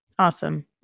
Awesome